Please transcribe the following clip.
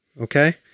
Okay